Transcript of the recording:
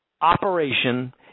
operation